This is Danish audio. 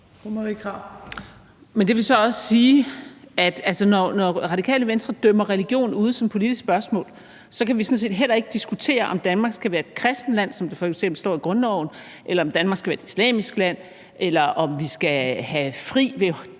det så også sige, at vi, når Radikale Venstre dømmer religion ude som politisk spørgsmål, sådan set heller ikke kan diskutere, om Danmark skal være et kristent land, som det f.eks. står i grundloven, eller om Danmark skal være et islamisk land, eller om vi skal have fri ved